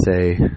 say